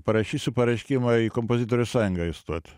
parašysiu pareiškimą į kompozitorių sąjungą įstot